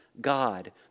God